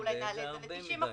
אולי נעלה את זה ל-90%?